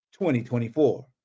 2024